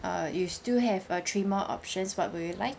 uh you still have uh three more options what would you like